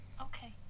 okay